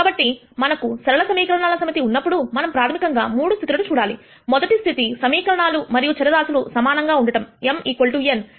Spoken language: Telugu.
కాబట్టి మనకు సరళసమీకరణాల సమితి ఉన్నప్పుడు మనం ప్రాథమికంగా మూడు స్థితులను చూడాలి మొదటి స్థితి సమీకరణాలు మరియు చరరాశులు సమానంగా ఉండటం m n